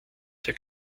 der